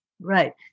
right